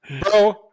bro